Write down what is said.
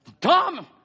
Tom